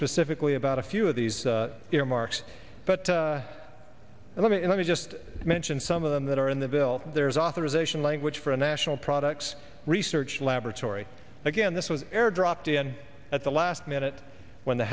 specifically about a few of these earmarks but let me let me just mention some of them that are in the bill there is authorization language for a national products research laboratory again this was air dropped in at the last minute when the